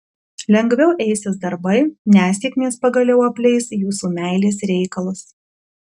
lengviau eisis darbai nesėkmės pagaliau apleis jūsų meilės reikalus